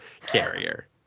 carrier